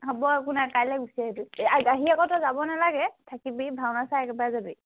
হ'ব একো নাই কাইলৈ গুচি আহিবি আহি আহি আকৌ তই যাব নেলাগে থাকিবি ভাওনা চাই একেবাৰে যাবি